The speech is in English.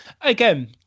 again